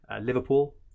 Liverpool